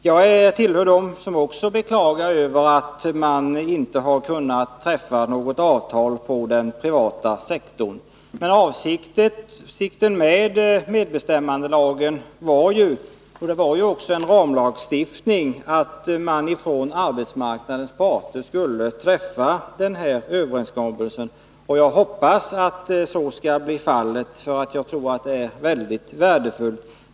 Jag tillhör dem som beklagar att man inte kunnat träffa något avtal på den privata sektorn. Men medbestämmandelagen är en ramlagstiftning, och avsikten var att arbetsmarknadens parter skulle träffa överenskommelser. Jag hoppas att så skall bli fallet, för jag tror det är väldigt värdefullt.